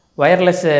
wireless